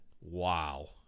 Wow